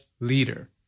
leader